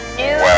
new